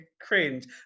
cringe